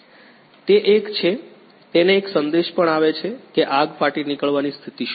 તે એક છે તેને એક સંદેશ પણ આવે છે કે આગ ફાટી નીકળવાની સ્થિતિ શું છે